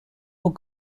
aux